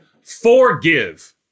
forgive